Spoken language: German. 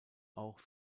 auch